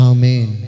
Amen